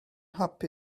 hapus